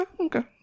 okay